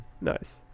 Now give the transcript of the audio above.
nice